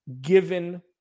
Given